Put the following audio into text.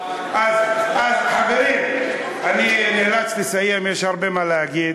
אז, חברים, אני רץ לסיים, יש הרבה מה להגיד.